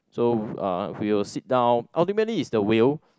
so uh we will sit down ultimately is the will